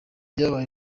byabaye